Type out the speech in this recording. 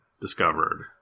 discovered